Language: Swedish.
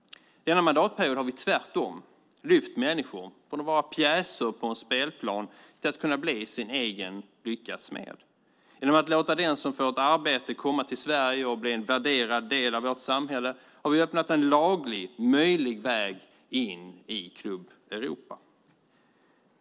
Denna mandatperiod har vi tvärtom lyft människor från att vara pjäser på en spelplan till att kunna bli sin egen lyckas smed. Genom att låta den som får ett arbete komma till Sverige och bli en värderad del av vårt samhälle har vi öppnat en laglig möjlig väg in i klubb Europa.